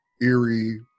eerie